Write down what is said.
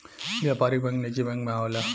व्यापारिक बैंक निजी बैंक मे आवेला